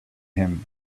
him